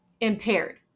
impaired